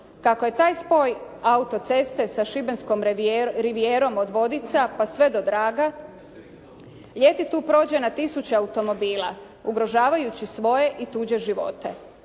Kako je taj spoj autoceste sa šibenskom rivijerom od Vodica pa sve do Draga ljeti tu prođe na tisuće automobila ugrožavajući svoje i tuđe živote.